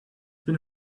been